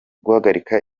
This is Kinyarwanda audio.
guhagarika